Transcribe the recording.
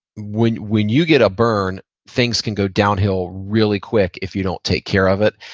when when you get a burn things can go downhill really quick if you don't take care of it.